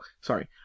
sorry